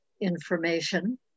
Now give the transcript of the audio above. information